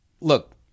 look